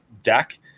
deck